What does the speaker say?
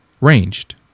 ranged